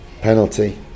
Penalty